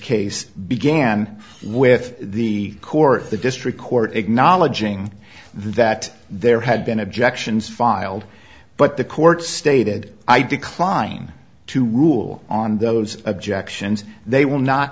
case began with the court the district court acknowledging that there had been objections filed but the court stated i decline to rule on those objections they will not